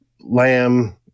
lamb